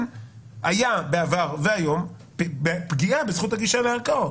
היה בעבר והיום פגיעה בזכות הגישה לערכאות.